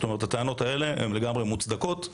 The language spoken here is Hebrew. כלומר הטענות האלה מוצדקות לגמרי.